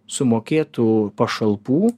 sumokėtų pašalpų